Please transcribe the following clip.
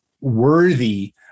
worthy